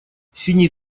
синий